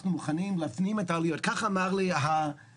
אנחנו מוכנים להפנים את ה- כך אמר לי הדובר,